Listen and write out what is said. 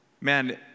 man